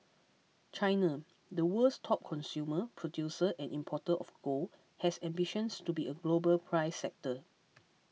China the world's top consumer producer and importer of gold has ambitions to be a global price setter